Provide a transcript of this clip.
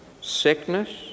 sickness